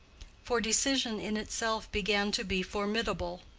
for decision in itself began to be formidable.